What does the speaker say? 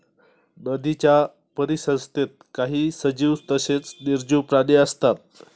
नदीच्या परिसंस्थेत काही सजीव तसेच निर्जीव प्राणी असतात